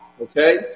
Okay